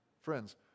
Friends